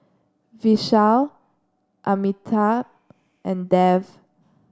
Vishal Amitabh and Dev